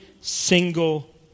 single